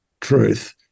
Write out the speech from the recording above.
truth